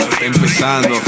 empezando